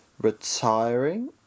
retiring